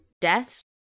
death